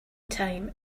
time